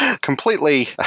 completely